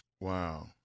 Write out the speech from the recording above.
Wow